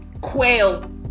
Quail